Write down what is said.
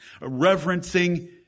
reverencing